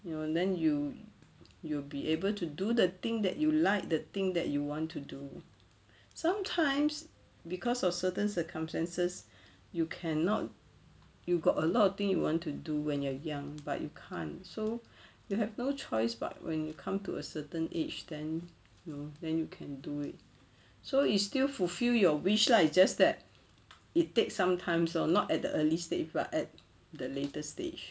you will then you you will be able to do the thing that you like the thing that you want to do sometimes cause of certain circumstances you cannot you got a lot of thing you want to do when you're young but you can't so you have no choice but when you come to a certain age then you then you can do it so is still fulfil your wish lah is just that it takes some times lor not at the early stage but at the latest stage